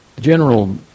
general